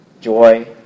Joy